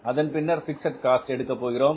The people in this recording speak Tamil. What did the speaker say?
அதன் பின்னர் பிக்ஸட் காஸ்ட் எடுக்கப் போகிறோம்